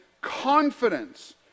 confidence